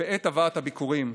בעת הבאת הביכורים,